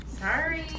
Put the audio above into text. Sorry